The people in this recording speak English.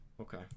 Okay